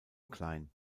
klein